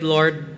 Lord